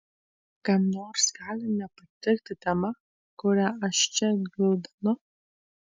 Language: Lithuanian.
kam nors gali nepatikti tema kurią aš čia gvildenu